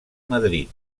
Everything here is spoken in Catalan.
madrid